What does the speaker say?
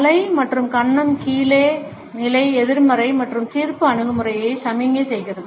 தலை மற்றும் கன்னம் கீழே நிலை எதிர்மறை மற்றும் தீர்ப்பு அணுகுமுறையை சமிக்ஞை செய்கிறது